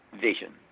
vision